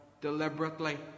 deliberately